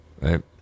right